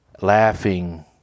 laughing